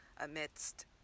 amidst